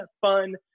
fun